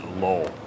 low